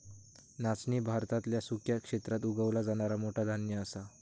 नाचणी भारतातल्या सुक्या क्षेत्रात उगवला जाणारा मोठा धान्य असा